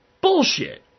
Bullshit